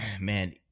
man